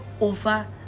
over